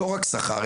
לא רק שכר,